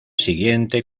siguiente